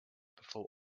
before